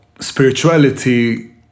spirituality